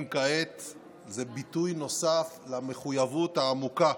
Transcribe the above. כעת הוא ביטוי נוסף למחויבות העמוקה